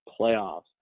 playoffs